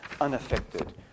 unaffected